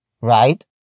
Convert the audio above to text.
right